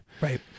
Right